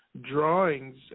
drawings